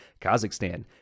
Kazakhstan